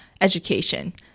education